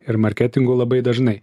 ir marketingu labai dažnai